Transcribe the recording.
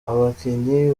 abakinnyi